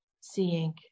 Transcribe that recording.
seeing